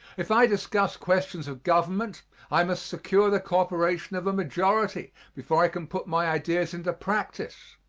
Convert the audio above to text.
if i discuss questions of government i must secure the cooperation of a majority before i can put my ideas into practise,